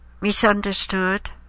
misunderstood